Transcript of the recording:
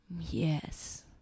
Yes